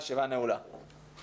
הישיבה ננעלה בשעה 11:00.